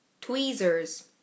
Tweezers